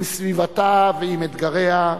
עם סביבתה ועם אתגריה.